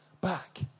back